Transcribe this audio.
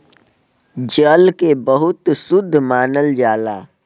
जल के बहुत शुद्ध मानल जाला